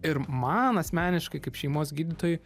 ir man asmeniškai kaip šeimos gydytojui